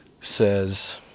says